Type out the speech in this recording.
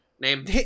Name